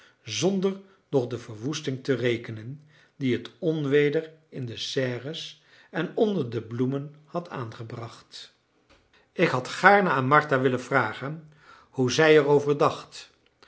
zonder nog de verwoesting te rekenen die het onweder in de serres en onder de bloemen had aangebracht ik had gaarne aan martha willen vragen hoe zij er over dacht